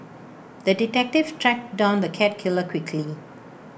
the detective tracked down the cat killer quickly